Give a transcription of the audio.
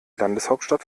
landeshauptstadt